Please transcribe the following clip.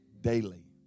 daily